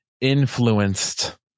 influenced